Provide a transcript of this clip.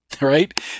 right